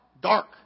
dark